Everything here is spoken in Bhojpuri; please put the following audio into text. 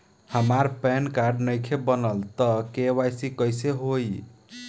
हमार पैन कार्ड नईखे बनल त के.वाइ.सी कइसे होई?